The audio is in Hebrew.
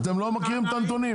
אתם לא מכירים את הנתונים?